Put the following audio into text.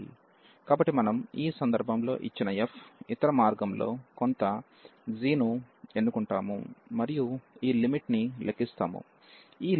కాబట్టి మనం ఈ సందర్భంలో ఇచ్చిన f ఇతర మార్గంలో కొంత g ను ఎన్నుకుంటాము మరియు ఈ లిమిట్ ని లెక్కిస్తాము